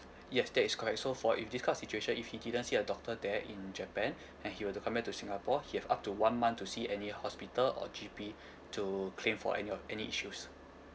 yes that is correct so for if this kind of situation if he didn't see a doctor there in japan and he were to come back to singapore he have up to one month to see any hospital or G_P to claim for any or any issues